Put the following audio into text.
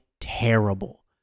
terrible